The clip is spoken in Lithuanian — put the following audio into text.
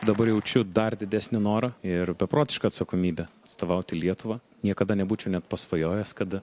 dabar jaučiu dar didesnį norą ir beprotišką atsakomybę atstovauti lietuvą niekada nebūčiau net pasvajojęs kad